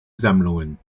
sammlungen